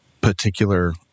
particular